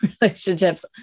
relationships